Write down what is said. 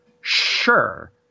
Sure